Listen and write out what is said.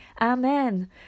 Amen